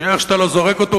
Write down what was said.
שאיך שאתה לא זורק אותו,